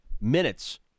minutes